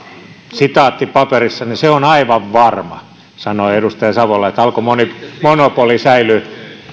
sitaatti paperissani se on aivan varma sanoo edustaja savola että alkon monopoli säilyy